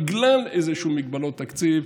בגלל מגבלות תקציב.